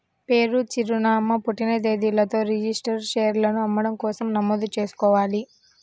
పేరు, చిరునామా, పుట్టిన తేదీలతో రిజిస్టర్డ్ షేర్లను అమ్మడం కోసం నమోదు చేసుకోవాలి